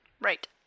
Right